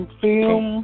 film